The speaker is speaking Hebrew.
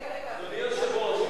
רגע, רגע, יש אורחים.